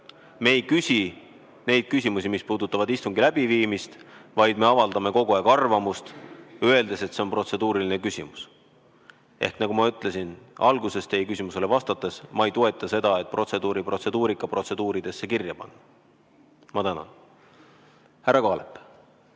Me ei küsi neid küsimusi, mis puudutavad istungi läbiviimist, vaid me avaldame kogu aeg arvamust, öeldes, et see on protseduuriline küsimus. Nagu ma ütlesin alguses teie küsimusele vastates, ma ei toeta seda, et protseduuri protseduurika protseduuridesse kirja panna. Härra Kaalep.